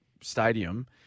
Stadium